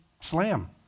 slam